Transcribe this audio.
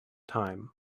time